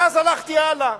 ואז הלכתי הלאה,